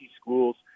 schools